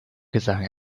gesang